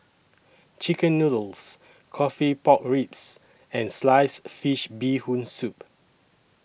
Chicken Noodles Coffee Pork Ribs and Sliced Fish Bee Hoon Soup